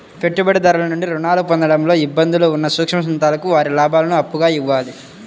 పెట్టుబడిదారుల నుండి రుణాలు పొందడంలో ఇబ్బందులు ఉన్న సూక్ష్మ సంస్థలకు వారి లాభాలను అప్పుగా ఇవ్వాలి